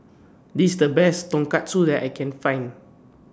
This IS The Best Tonkatsu that I Can Find